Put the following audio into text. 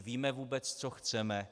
Víme vůbec, co chceme?